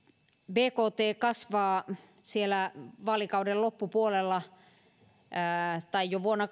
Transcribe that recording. bkt kasvaa yhden pilkku kolmen prosentin vauhtia vaalikauden loppupuolella tai jo vuonna